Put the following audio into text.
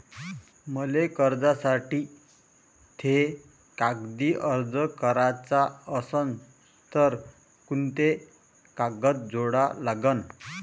मले कर्जासाठी थे कागदी अर्ज कराचा असन तर कुंते कागद जोडा लागन?